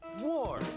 war